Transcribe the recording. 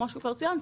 כמו שכבר צוין,